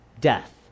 death